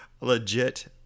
legit